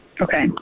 Okay